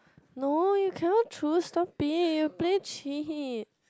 no you cannot choose stop it you play cheat